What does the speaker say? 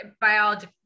biology